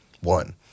one